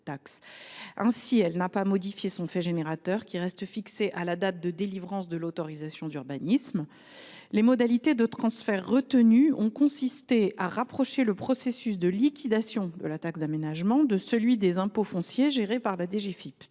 n’a donc pas modifié son fait générateur, qui reste fixé à la date de délivrance de l’autorisation d’urbanisme. Les modalités de transfert retenues ont consisté à rapprocher le processus de liquidation de la taxe d’aménagement de celui des impôts fonciers gérés par la